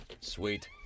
Sweet